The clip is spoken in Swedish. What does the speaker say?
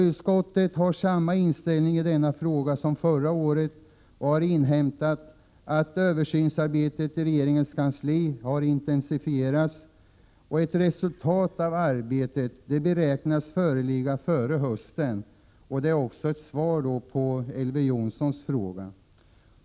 Utskottet har samma inställning i denna fråga som förra året och har inhämtat att översynsarbetet i regeringskansliet har intensifierats och ett resultat av arbetet beräknas föreligga före hösten. Detta är också ett svar på Elver Jonssons fråga.